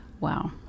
Wow